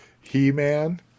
He-Man